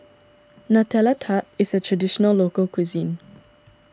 Nutella Tart is a Traditional Local Cuisine